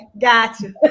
gotcha